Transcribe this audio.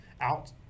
out